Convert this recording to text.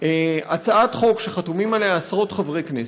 הצעת חוק שחתומים עליה עשרות חברי כנסת,